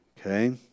Okay